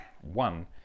One